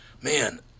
Man